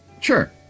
Sure